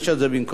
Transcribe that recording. אדוני היושב-ראש.